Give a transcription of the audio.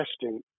testing